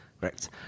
Correct